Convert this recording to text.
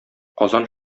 казан